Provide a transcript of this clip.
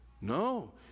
No